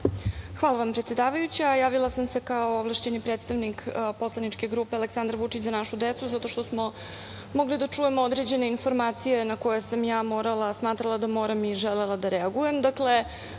Hvala vam predsedavajuća. Javila sam se kao ovlašćeni predstavnik poslaničke grupe Aleksandar Vučić – Za našu decu zato što smo mogli da čujemo određene informacije koje sam ja morala, smatrala da moram i želela da reagujem. Dakle,